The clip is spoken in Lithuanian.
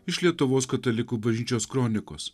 iš lietuvos katalikų bažnyčios kronikos